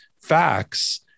facts